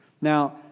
Now